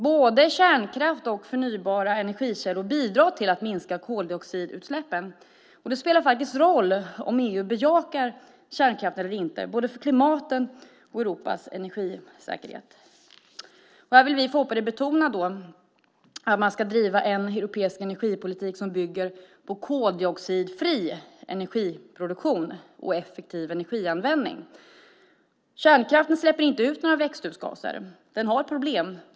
Både kärnkraft och förnybara energikällor bidrar till att minska koldioxidutsläppen. Det spelar roll om EU bejakar kärnkraften eller inte för både klimatet och Europas energisäkerhet. Här vill vi i Folkpartiet betona att man ska driva en europeisk energipolitik som bygger på koldioxidfri energiproduktion och effektiv energianvändning. Kärnkraften släpper inte ut några växthusgaser. Den har problem.